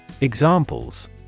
Examples